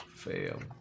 fail